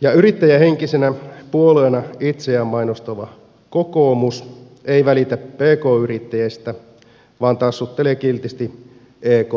ja yrittäjähenkisenä puolueena itseään mainostava kokoomus ei välitä pk yrittäjästä vaan tassuttelee kiltisti ekn talutushihnassa